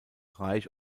reich